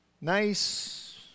Nice